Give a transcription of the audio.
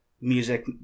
music